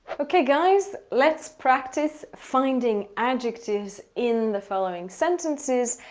okay, guys. let's practice finding adjectives in the following sentences.